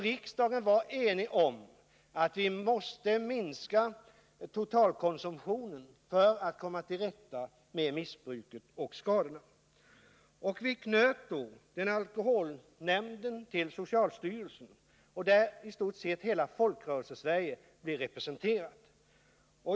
Riksdagen var då enig om att vi måste minska totalkonsumtionen för att komma till rätta med missbruket och skadorna. I samband därmed knöts alkoholnämnden till socialstyrelsen, varvid i stort sett hela Folkrörelsesverige blev representerat.